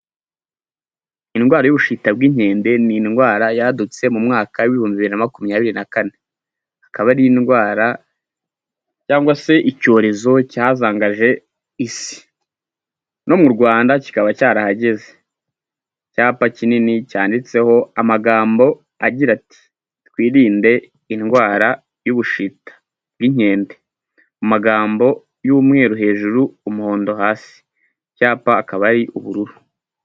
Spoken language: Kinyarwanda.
Indwara y'ubushita bw'inkende, ni indwara yadutse mu mwaka w'ibihumbi bibiri na makumyabiri na kane. Akaba ari indwara, cyangwa se icyorezo cyazangaje isi. No mu Rwanda kikaba cyarahageze. Icyapa kinini cyanditseho amagambo agira ati: twirinde indwara y'ubushita bw'inkende. Amagambo y'umweru hejuru, umuhondo hasi. Icyapa akaba ari ubururu.